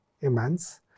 immense